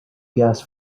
gas